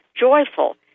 joyful